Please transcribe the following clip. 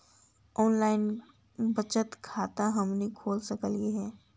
Online बचत खाता हमनी खोल सकली हे?